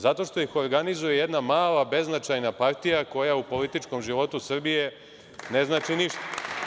Zato što ih organizuje jedna mala, beznačajna partija koja u političkom životu Srbije ne znači ništa.